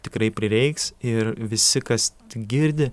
tikrai prireiks ir visi kas tik girdi